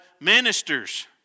ministers